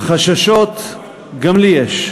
חששות גם לי יש.